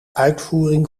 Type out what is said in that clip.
uitvoering